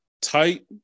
tight